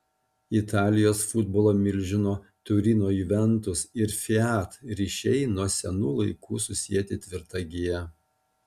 italijos futbolo milžino turino juventus ir fiat ryšiai nuo senų laikų susieti tvirta gija